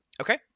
Okay